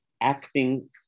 acting